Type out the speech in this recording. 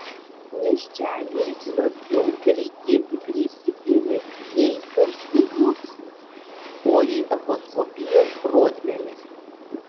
nėščiajai labiau reikėtų kreipti dėmesį ne į svarstyklių o į echoskopijos rodmenis